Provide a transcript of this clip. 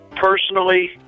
Personally